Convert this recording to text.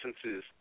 essences